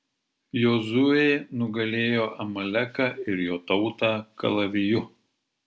jozuė nugalėjo amaleką ir jo tautą kalaviju